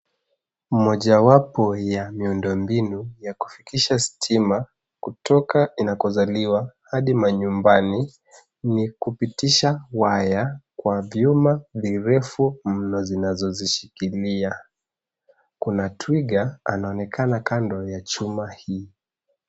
Mojawapo ya miundombinu ya kufikisha stima kutoka inakozaliwa hadi manyumbani, ni kupitisha waya kwa vyuma virefu mno zinazozishikilia. Kuna twiga anaonekana kando ya chuma hii.